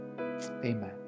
Amen